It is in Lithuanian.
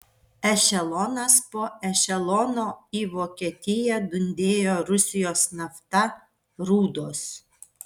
ešelonas po ešelono į vokietiją dundėjo rusijos nafta rūdos